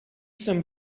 some